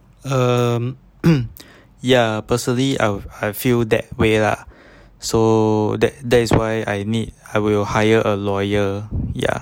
um ya personally I feel that way lah so so that that's why I need I will hire a lawyer ya